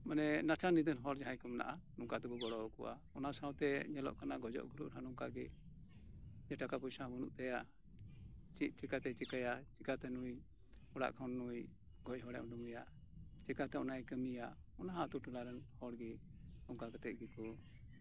ᱢᱟᱱᱮ ᱱᱟᱪᱟᱨ ᱱᱤᱫᱷᱟᱹᱱ ᱦᱚᱲ ᱡᱟᱦᱟᱸᱭ ᱠᱚ ᱢᱮᱱᱟᱜ ᱠᱚᱣᱟ ᱱᱚᱝᱠᱟ ᱠᱟᱛᱮ ᱠᱚ ᱜᱚᱲᱚᱣᱟᱠᱚᱣᱟ ᱚᱱᱟ ᱥᱟᱶᱛᱮ ᱧᱮᱞᱚᱜ ᱠᱟᱱᱟ ᱜᱩᱡᱩᱜ ᱜᱩᱨᱩᱜ ᱨᱮᱦᱚᱸ ᱱᱚᱝᱠᱟ ᱜᱮ ᱡᱮ ᱴᱟᱠᱟ ᱯᱚᱭᱥᱟ ᱦᱚᱸ ᱵᱟᱱᱩᱜ ᱛᱟᱭᱟ ᱪᱮᱫ ᱪᱮᱠᱟᱛᱮᱭ ᱪᱮᱠᱟᱭᱟ ᱱᱩᱭ ᱚᱲᱟᱜ ᱠᱷᱚᱱ ᱱᱩᱭ ᱜᱚᱡ ᱦᱚᱲᱮ ᱳᱰᱳᱝᱮᱭᱟ ᱪᱤᱠᱟᱛᱮ ᱚᱱᱠᱟᱭ ᱠᱟᱹᱢᱤᱭᱟ ᱚᱱᱟ ᱦᱚᱸ ᱟᱹᱛᱳ ᱴᱚᱞᱟ ᱨᱮᱱ ᱦᱚᱲ ᱜᱮ ᱚᱱᱠᱟ ᱠᱟᱛᱮ ᱜᱮᱠᱚ